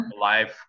life